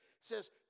says